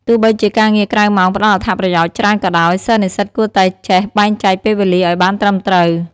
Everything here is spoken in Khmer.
ទោះបីជាការងារក្រៅម៉ោងផ្ដល់អត្ថប្រយោជន៍ច្រើនក៏ដោយ សិស្សនិស្សិតគួរតែចេះបែងចែកពេលវេលាឱ្យបានត្រឹមត្រូវ។